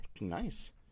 Nice